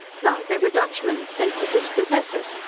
now they were dutchmen sent to dispossess us,